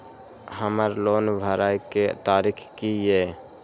हमर लोन भरय के तारीख की ये?